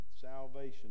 salvation